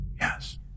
yes